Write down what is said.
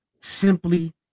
simply